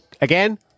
Again